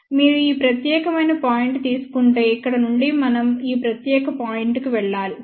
మీరు ఈ ప్రత్యేకమైన పాయింట్ తీసుకుంటే ఇక్కడ నుండి మనం ఈ ప్రత్యేక పాయింట్ కు వెళ్ళాలి సరే